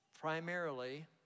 primarily